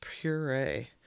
puree